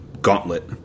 gauntlet